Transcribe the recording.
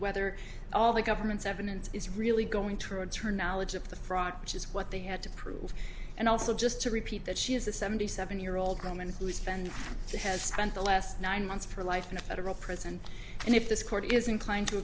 whether all the government's evidence is really going towards her knowledge of the fraud which is what they had to prove and also just to repeat that she is a seventy seven year old woman who spend she has spent the last nine months of her life in a federal prison and if this court is inclined to